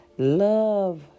Love